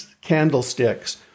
candlesticks